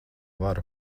varu